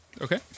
Okay